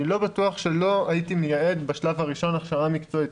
אני לא בטוח שלו הייתי מייעד בשלב הראשון הכשרה מקצועית.